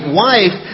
wife